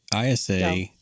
ISA